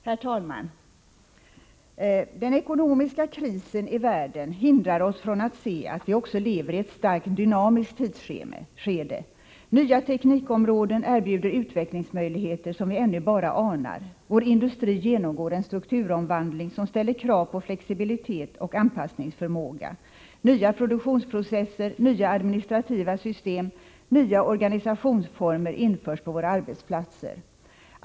Herr talman! Den ekonomiska krisen i världen hindrar oss från att se att vi också lever i ett starkt dynamiskt tidsskede. Nya teknikområden erbjuder utvecklingsmöjligheter som vi ännu bara anar. Vår industri genomgår en strukturomvandling som ställer krav på flexibilitet och anpassningsförmåga. Nya produktionsprocesser, nya administrativa system, nya organisationsformer införs på våra arbetsplatser.